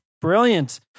Brilliant